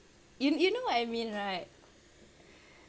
you you know what I mean right